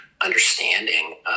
understanding